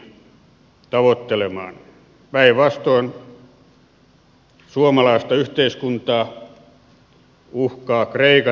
päinvastoin suomalaista yhteiskuntaa uhkaa kreikan tie